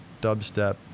dubstep